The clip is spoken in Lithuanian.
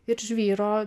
ir žvyro